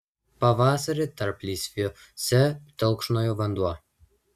pavasarį tarplysviuose telkšnojo vanduo